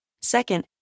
Second